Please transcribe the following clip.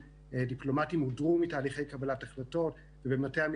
לשאלתי, האם אתה יודע משהו על מה שמצפה